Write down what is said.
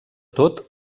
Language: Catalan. tot